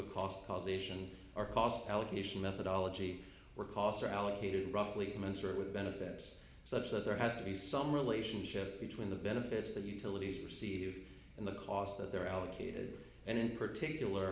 the cost causation or cost elocution methodology were costs are allocated roughly commensurate with benefits such that there has to be some relationship between the benefits that utilities perceive in the cost of their allocated and in particular